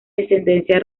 descendencia